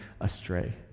astray